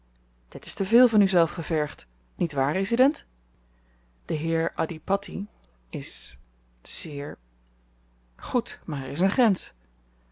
dit is te veel van uzelf gevergd niet waar resident de heer adhipatti is zeer goed maar er is een grens